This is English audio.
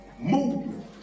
movement